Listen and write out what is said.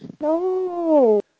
No